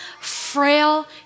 frail